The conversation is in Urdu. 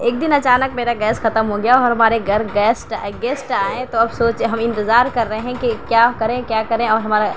ایک دن اچانک میرا گیس ختم ہوگیا اور ہمارے گھر گیسٹ گیسٹ آئے تو اب سوچیے ہم انتظار کر رہے ہیں کہ کیا کریں کیا کریں اور ہمارا